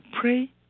pray